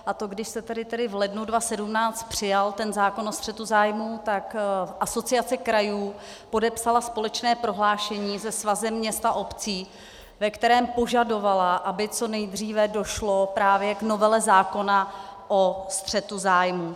A to, když se tady tedy v lednu 2017 přijal ten zákon o střetu zájmů, tak Asociace krajů podepsala společné prohlášení se Svazem měst a obcí, ve kterém požadovala, aby co nejdříve došlo právě k novele zákona o střetu zájmů.